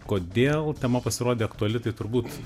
kodėl tema pasirodė aktuali tai turbūt